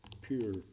pure